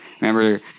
Remember